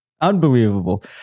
Unbelievable